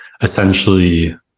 Essentially